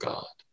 God